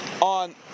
on